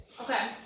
Okay